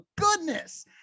goodness